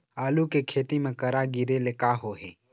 आलू के खेती म करा गिरेले का होही?